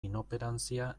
inoperanzia